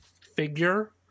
figure